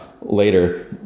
later